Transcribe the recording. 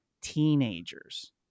teenagers